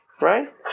right